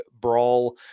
Brawl